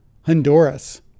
Honduras